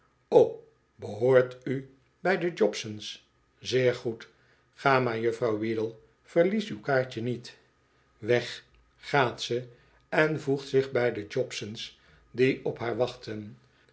oh behoort u bij de jobson s zeer goed ga maar juffrouw weedle verlies uw kaartje niet weg gaat ze en voegt zich bij de jobson's die op haar wachten